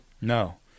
No